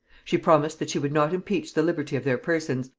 she promised that she would not impeach the liberty of their persons,